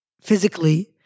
physically